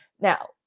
Now